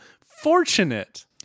fortunate